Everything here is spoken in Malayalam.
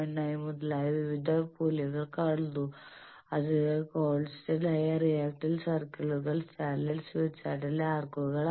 9 മുതലായ വിവിധ മൂല്യങ്ങൾ കാണുന്നു അതിനാൽ കോൺസ്റ്റന്റായ റിയാക്റ്റൻസ് സർക്കിളുകൾ സ്റ്റാൻഡേർഡ് സ്മിത്ത് ചാർട്ടിലെ ആർക്കുകളാണ്